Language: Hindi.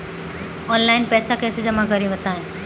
ऑनलाइन पैसा कैसे जमा करें बताएँ?